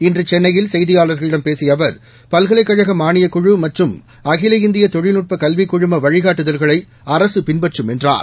இன்று சென்னையில் செய்தியாளர்களிடம் பேசிய அவர் பல்கலைக் கழக மானியக்குழு மற்றும் அகில இந்திய தொழில்நுட்பக் கல்விக் குழும வழிகாட்டுதல்களை அரசு பின்பற்றும் என்றார்